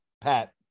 Pat